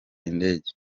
indege